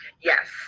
yes